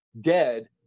dead